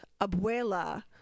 Abuela